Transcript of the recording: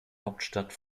hauptstadt